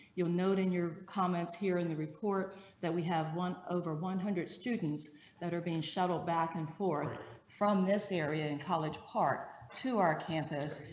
you'll note in your comments here in the report that we have one over one hundred students that are being shuttled back and forth from this area in college part to our campus.